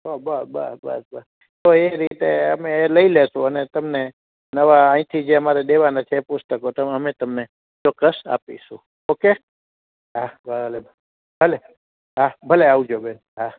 તો બસ બસ બસ બસ તો એ રીતે અમે લઈ લેશું અને તમે નવા અહીં થી અમારે દેવાના છે એ પુસ્તકો તમે અમે અમે તમને ચોકસ આપીશું ઓકે ભલે ભલે હાં ભલે આવજો બેન હાં